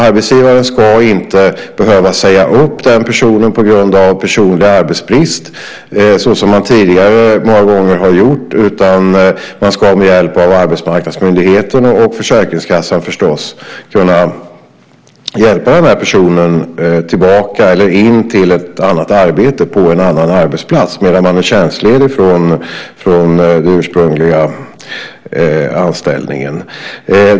Arbetsgivaren ska inte behöva säga upp den personen på grund av personlig arbetsbrist, som man tidigare många gånger har gjort, utan man ska med hjälp av arbetsmarknadsmyndigheterna och Försäkringskassan förstås kunna hjälpa den här personen tillbaka till eller in på ett annat arbete på en annan arbetsplats medan vederbörande är tjänstledig från den ursprungliga anställningen.